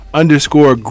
underscore